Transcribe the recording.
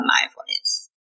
mindfulness